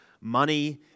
money